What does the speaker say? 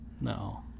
No